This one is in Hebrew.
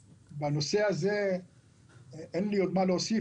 בנושא הזה אין לי עוד מה להוסיף,